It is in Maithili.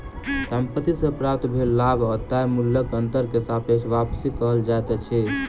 संपत्ति से प्राप्त भेल लाभ आ तय मूल्यक अंतर के सापेक्ष वापसी कहल जाइत अछि